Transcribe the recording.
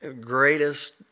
greatest